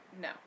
No